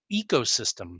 ecosystem